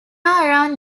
around